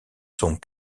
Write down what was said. sont